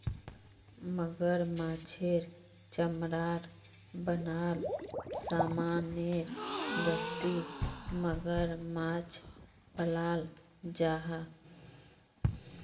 मगरमाछेर चमरार बनाल सामानेर दस्ती मगरमाछ पालाल जाहा